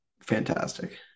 fantastic